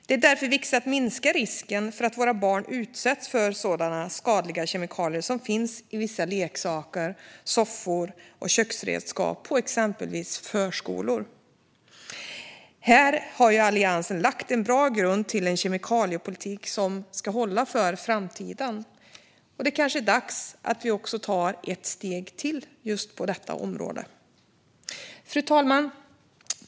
Det är därför viktigt att minska risken för att våra barn utsätts för sådana skadliga kemikalier som finns i vissa leksaker, soffor och köksredskap på exempelvis förskolor. Här har Alliansen lagt en bra grund till en kemikaliepolitik som ska hålla för framtiden. Det är kanske dags att vi tar ett steg till på just detta område. Fru talman!